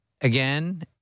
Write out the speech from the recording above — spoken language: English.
Again